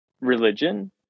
religion